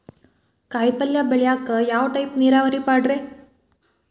ಕಾಯಿಪಲ್ಯ ಬೆಳಿಯಾಕ ಯಾವ ಟೈಪ್ ನೇರಾವರಿ ಪಾಡ್ರೇ?